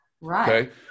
Right